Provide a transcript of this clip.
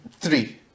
Three